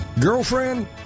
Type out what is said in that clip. Girlfriend